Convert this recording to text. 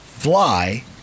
fly